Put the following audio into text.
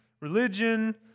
religion